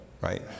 right